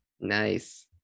nice